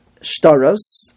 shtaros